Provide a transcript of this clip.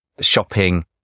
shopping